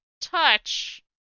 touch